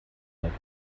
bauch